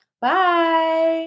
Bye